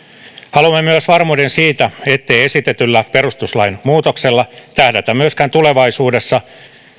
haluamme myös varmuuden siitä ettei esitetyllä perustuslain muutoksella tähdätä myöskään tulevaisuudessa